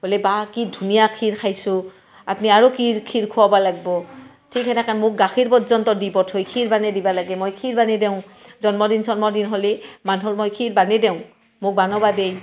বোলে বাহঃ কি ধুনীয়া ক্ষীৰ খাইছোঁ আপুনি আৰু ক্ষীৰ ক্ষীৰ খুৱাবা লাগিব ঠিক সেনেকৈ মোক গাখীৰ পৰ্যন্ত দি পঠাই ক্ষীৰ বানে দিবা লাগে মই ক্ষীৰ বানে দিওঁ জন্মদিন চন্মদিন হ'লে মানুহৰ মই ক্ষীৰ বানাই দিওঁ মোক বানাব দেই